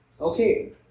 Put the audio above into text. okay